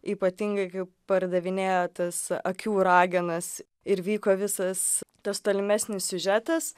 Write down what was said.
ypatingai kai pardavinėjo tas akių ragenas ir vyko visas tas tolimesnis siužetas